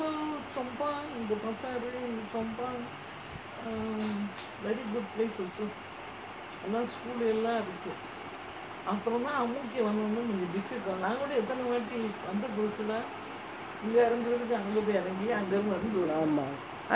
ஆமா:aamaa